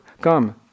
Come